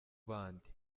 bandi